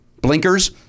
Blinkers